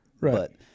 right